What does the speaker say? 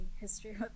history